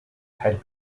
had